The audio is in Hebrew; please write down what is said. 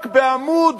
רק בעמוד